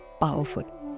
powerful